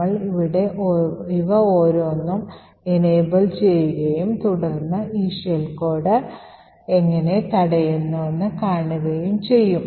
നമ്മൾ ഇവിടെ ഇവ ഓരോന്നും പ്രാപ്തമാക്കുകയും തുടർന്ന് ഈ ഷെൽ കോഡ് എങ്ങനെ തടയുന്നുവെന്ന് കാണുകയും ചെയ്യും